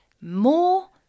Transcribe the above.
more